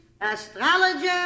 astrologer